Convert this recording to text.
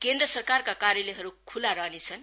केन्द्र सरकारको कार्यालयहरू ख्ल्ला रहनेछन्